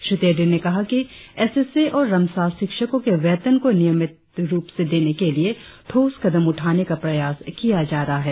श्री तेदिर ने कहा कि एस एस ए और रमसा शिक्षको के वेतन को नियमित रुप से देने के लिए ठोस कदम उठाने का प्रयास किया जा रहा है